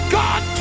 god